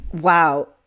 Wow